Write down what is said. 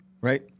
Right